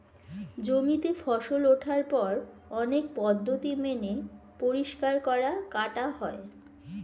জমিতে ফসল ওঠার পর অনেক পদ্ধতি মেনে পরিষ্কার করা, কাটা হয়